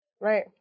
Right